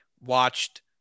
watched